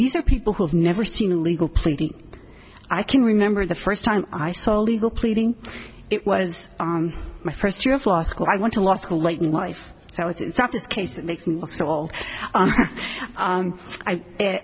these are people who have never seen a legal pleading i can remember the first time i saw legal pleading it was my first year of law school i went to law school late in life so it's not the case that makes me look so